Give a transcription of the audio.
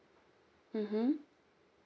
mmhmm